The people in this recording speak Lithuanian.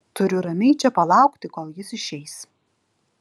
turiu ramiai čia palaukti kol jis išeis